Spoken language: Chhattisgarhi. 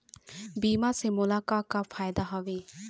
बीमा से मोला का का फायदा हवए?